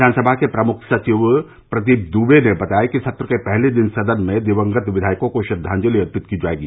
विधान सभा के प्रमुख सचिव प्रदीप दुबे ने बताया कि सत्र के पहले दिन सदन में दिवंगत विधायकों को श्रद्वांजलि अर्पित की जायेगी